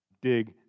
dig